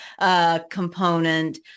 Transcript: component